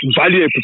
valuable